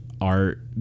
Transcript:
art